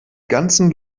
ganzen